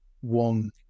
one